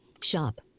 Shop